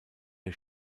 der